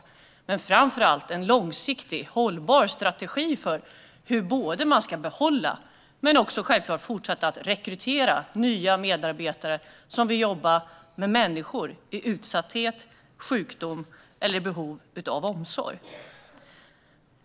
Men det krävs framför allt en långsiktig och hållbar strategi för hur man ska behålla, men också självklart fortsätta att rekrytera nya, medarbetare som vill jobba med människor i utsatthet och sjukdom eller i behov av omsorg.